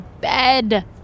bed